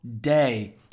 day